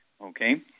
Okay